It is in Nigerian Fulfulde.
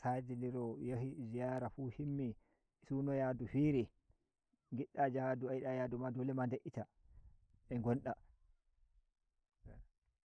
saji ndiro yahi ziyara fu himi suno yadu firi ngidda yadu ayida yadu fu dole ma de’eta a ngonda.